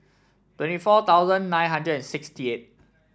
twenty four thousand nine hundred and sixty eight